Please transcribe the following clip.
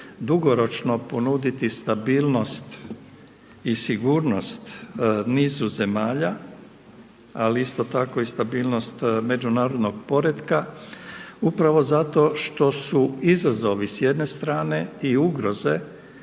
dugoročno ponuditi stabilnost i sigurnost nizu zemalja, ali isto tako i stabilnost međunarodnog poretka upravo zato što su izazovi s jedne strane i ugroze